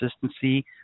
consistency